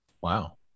Wow